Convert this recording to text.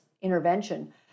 intervention